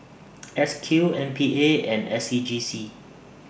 S Q M P A and S C G C